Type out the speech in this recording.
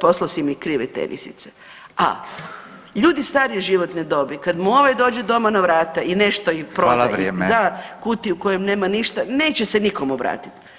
poslao si mi krive tenisice, a ljudi starije životne dobi kad mu ovaj dođe doma na vrata i nešto im prodaje [[Upadica Radin: Hvala, vrijeme.]] da kutiju u kojoj nema ništa neće se nikom obratiti.